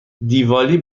دیوالی